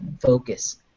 focus